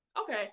Okay